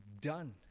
done